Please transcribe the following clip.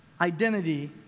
Identity